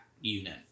unit